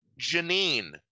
Janine